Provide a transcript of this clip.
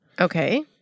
Okay